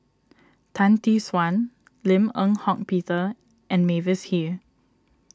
Tan Tee Suan Lim Eng Hock Peter and Mavis Hee